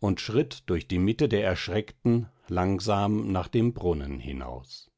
und schritt durch die mitte der erschreckten langsam nach dem brunnen hinaus